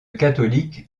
catholique